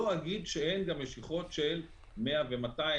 לא אגיד שאין משיכות של 100 ל-200,